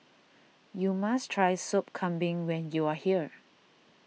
you must try Sop Kambing when you are here